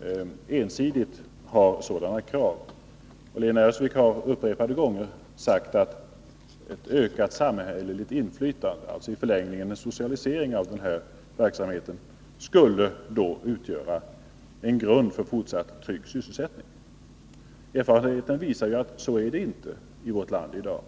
att man ensidigt ställer sådana krav. Lena Öhrsvik har upprepade gånger sagt att ett ökat samhälleligt inflytande, dvs. i förlängningen en socialisering av denna verksamhet, skulle utgöra en grund för fortsatt trygg sysselsättning. Erfarenheten visar att det inte är så i vårt land i dag.